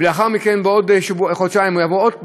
ולאחר מכן בעוד חודשיים הוא יבוא עוד פעם,